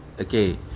Okay